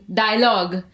dialogue